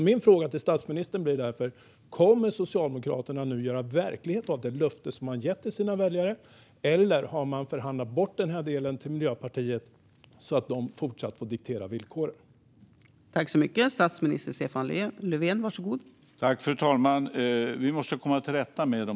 Min fråga till statsministern blir därför: Kommer Socialdemokraterna att göra verklighet av det löfte som man gett till sina väljare, eller har man förhandlat bort den här delen till Miljöpartiet så att de får diktera villkoren även i fortsättningen?